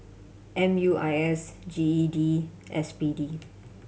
M U I S G E D S B D